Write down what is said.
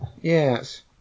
Yes